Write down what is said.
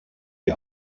die